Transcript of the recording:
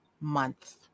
month